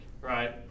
right